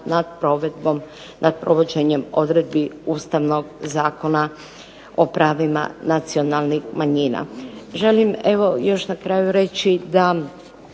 nad provođenjem odredbi Ustavnog zakona o pravima nacionalnih manjina. Želim evo još na kraju reći da,